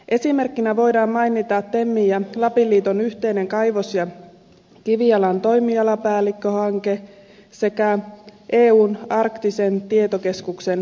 esimerkkinä voidaan mainita temin ja lapin liiton yhteinen kaivos ja kivialan toimialapäällikkö hanke sekä eun arktisen tietokeskuksen valmistelu